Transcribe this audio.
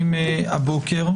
לכולם,